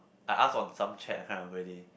I ask on some chat I can't remember already